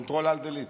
Control Alt Delete.